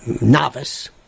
novice